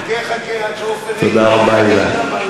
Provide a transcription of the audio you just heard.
חכה, חכה, עד שעופר עיני, תודה רבה, אילן.